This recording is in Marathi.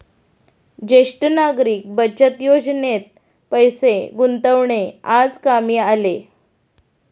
ज्येष्ठ नागरिक बचत योजनेत पैसे गुंतवणे आज कामी आले